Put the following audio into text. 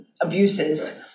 abuses